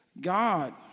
God